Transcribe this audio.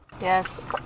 Yes